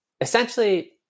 essentially